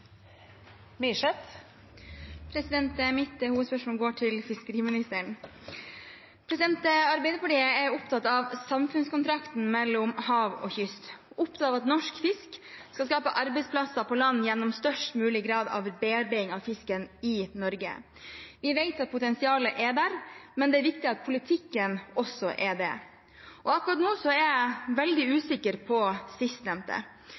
samfunnskontrakten mellom hav og kyst, opptatt av at norsk fisk skal skape arbeidsplasser på land gjennom størst mulig grad av bearbeiding av fisken i Norge. Vi vet at potensialet er der, men det er viktig at politikken også er det. Akkurat nå er jeg veldig usikker på sistnevnte.